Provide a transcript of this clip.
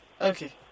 Okay